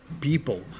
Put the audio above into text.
people